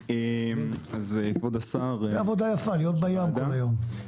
עבודה יפה, להיות בים כל היום.